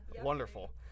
wonderful